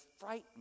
frightened